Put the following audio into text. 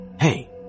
hey